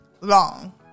long